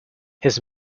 his